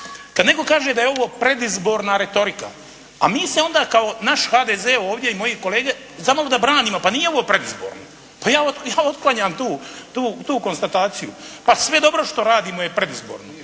Kad netko kaže da je ovo predizborna retorika, a mi se onda kao naš HDZ ovdje i moji kolege zamalo da branimo. Pa nije ovo predizborno. Pa ja otklanjam tu konstataciju. Pa sve dobro što radimo je predizborno.